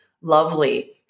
lovely